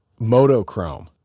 Motochrome